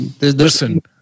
listen